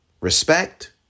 respect